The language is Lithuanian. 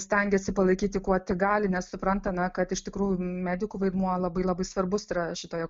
stengiasi palaikyti kuo tik gali nes suprantame kad iš tikrųjų medikų vaidmuo labai labai svarbus šitoje